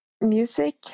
music